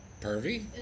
Pervy